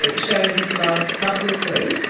ah showed his love publicly.